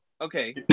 okay